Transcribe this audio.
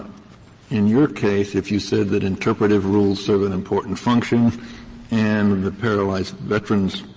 in your case if you said that interpretative rules serve an important function and the paralyzed veterans's